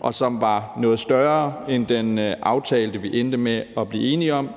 og som var noget større end den, vi endte med at blive enige om.